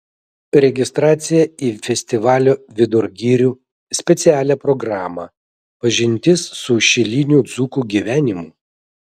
registracija į festivalio vidur girių specialią programą pažintis su šilinių dzūkų gyvenimu